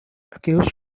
accused